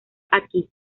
aquí